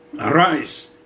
arise